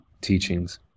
teachings